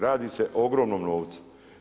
Radi se o ogromnom novcu.